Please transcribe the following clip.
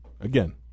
again